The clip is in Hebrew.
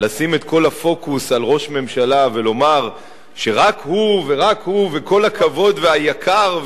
לשים את כל הפוקוס על ראש ממשלה ולומר שרק הוא ורק הוא וכל הכבוד והיקר,